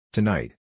Tonight